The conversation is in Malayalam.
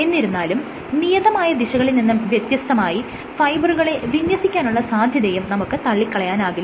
എന്നിരുന്നാലും നിയതമായ ദിശകളിൽ നിന്നും വ്യത്യസ്തമായി ഫൈബറുകളെ വിന്യസിക്കാനുള്ള സാധ്യതയും നമുക്ക് തള്ളിക്കളയാനാകില്ല